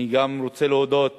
אני גם רוצה להודות